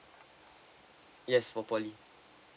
yes for poly